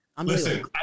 Listen